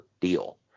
deal